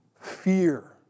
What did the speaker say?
fear